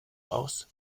aus